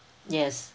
yes